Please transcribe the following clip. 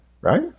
right